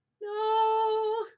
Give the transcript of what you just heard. no